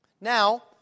Now